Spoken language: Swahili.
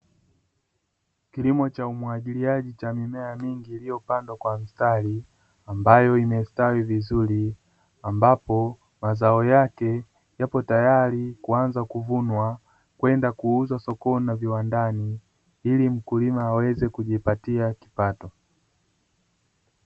Kilimo cha umwagiliaji cha mimea mengi iliyopandwa kwa mstari; ambayo imestawi vizuri, ambapo mazao yake yapo tayari kuanza kuvunwa kwenda kuuzwa sokoni na viwandani; ili mkulima aweze kujipatia kipato.